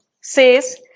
says